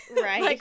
right